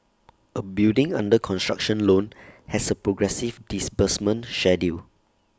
A building under construction loan has A progressive disbursement schedule